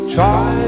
Try